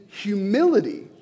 humility